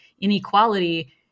inequality